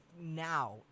now